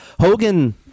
Hogan